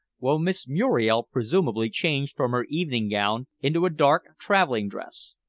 while miss muriel presumably changed from her evening-gown into a dark traveling-dress.